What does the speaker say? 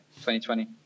2020